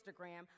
Instagram